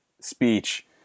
speech